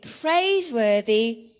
praiseworthy